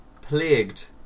plagued